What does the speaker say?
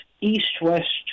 east-west